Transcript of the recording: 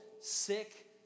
sick